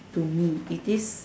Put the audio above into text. to me it is